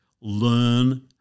learn